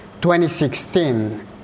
2016